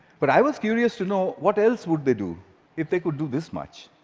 but i was curious to know, what else would they do if they could do this much?